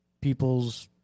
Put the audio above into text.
people's